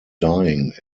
dying